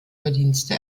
verdienste